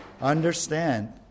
Understand